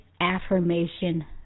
affirmation